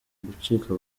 gucika